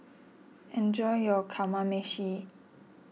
enjoy your Kamameshi